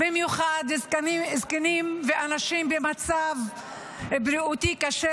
במיוחד זקנים ואנשים במצב בריאותי קשה